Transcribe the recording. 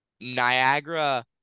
Niagara